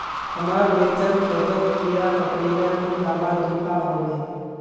हमार मिर्चन खेतोत कीड़ा पकरिले कुन दाबा दुआहोबे?